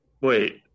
Wait